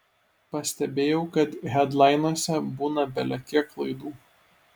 pastebėjau kad hedlainuose būna belekiek klaidų